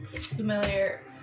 familiar